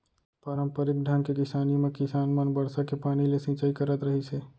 पारंपरिक ढंग के किसानी म किसान मन बरसा के पानी ले सिंचई करत रहिस हे